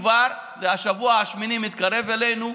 כבר השבוע השמיני מתקרב אלינו,